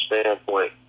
standpoint